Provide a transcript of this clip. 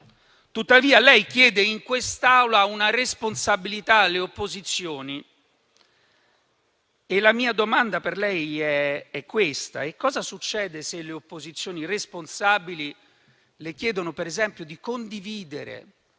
Tuttavia, lei chiede in quest'Aula una responsabilità alle opposizioni. La mia domanda per lei è la seguente: cosa succede se le opposizioni responsabili le chiedono, per esempio, di condividere